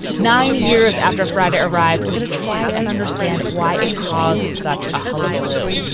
nine years after friday arrived, we're going to try and understand why it caused such a hullabaloo.